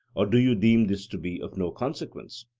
or do you deem this to be of no consequence?